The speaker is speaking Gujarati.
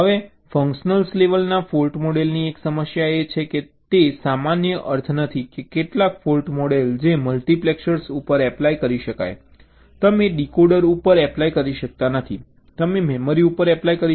હવે ફંક્શનલ લેવલના ફૉલ્ટ મોડલની એક સમસ્યા એ છે કે તે સામાન્ય અર્થ નથી કે કેટલાક ફૉલ્ટ મોડલ જે મલ્ટિપેક્સર ઉપર એપ્લાય કરી શકાય છે તમે ડીકોડર ઉપર એપ્લાય કરી શકતા નથી તમે મેમરી ઉપર એપ્લાય કરી શકતા નથી